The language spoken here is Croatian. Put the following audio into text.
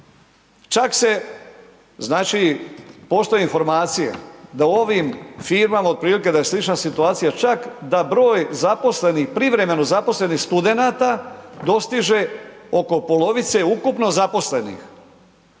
čak se znači, postoje informacije da u ovim firmama, otprilike da je slična situacija, čak da broj zaposlenih, privremeno zaposlenih studenata dostiže oko polovite ukupno zaposlenih.